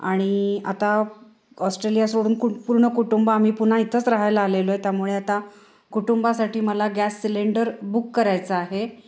आणि आता ऑस्ट्रेलिया सोडून कुट पूर्ण कुटुंब आम्ही पुन्हा इथंच राहायला आलेलो आहे त्यामुळे आता कुटुंबासाठी मला गॅस सिलेंडर बुक करायचं आहे